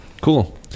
Cool